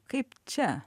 kaip čia